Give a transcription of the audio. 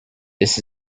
this